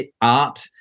art